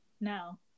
now